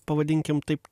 pavadinkim taip